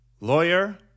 Lawyer